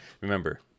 Remember